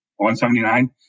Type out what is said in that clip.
179